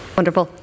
Wonderful